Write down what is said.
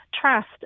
trust